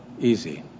easy